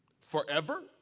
Forever